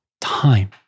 time